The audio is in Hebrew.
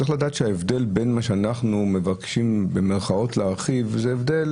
צריך לדעת שההבדל בין מה שאנחנו מבקשים להרחיב זה הבדל